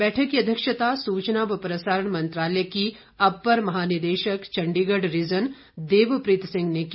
बैठक की अध्यक्षता सूचना व प्रसारण मंत्रालय की अप्पर महानिदेशक चंडीगढ़ रीजन देवप्रीत सिंह ने की